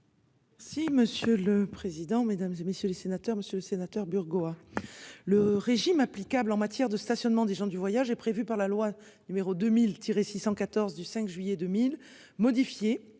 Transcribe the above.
Si monsieur le président, Mesdames, et messieurs les sénateurs, Monsieur le Sénateur Burgos. Le régime applicable en matière de stationnement des gens du voyage est prévu par la loi numéro 2000 tirer 614 du 5 juillet 2000 modifiée